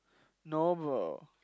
no bro